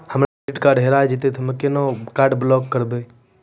हमरो credit card हेरा जेतै ते हम्मय केना कार्ड ब्लॉक करबै?